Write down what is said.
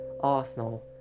Arsenal